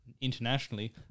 internationally